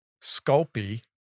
sculpey